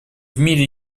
мире